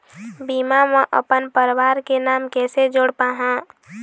बीमा म अपन परवार के नाम कैसे जोड़ पाहां?